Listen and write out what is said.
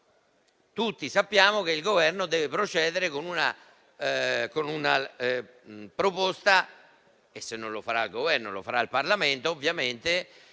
Tutti sappiamo che il Governo deve procedere con una proposta - se non lo farà il Governo, lo farà il Parlamento - di